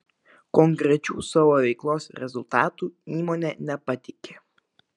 konkrečių savo veiklos rezultatų įmonė nepateikė